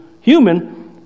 human